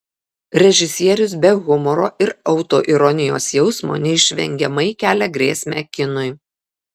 režisierius be humoro ir autoironijos jausmo neišvengiamai kelia grėsmę kinui